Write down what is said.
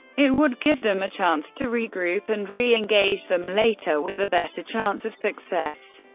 it would give them a chance to regroup and re-engage them later with a better chance of success.